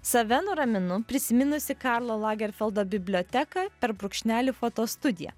save nuraminu prisiminusi karlo lagerfeldo biblioteką per brūkšnelį fotostudiją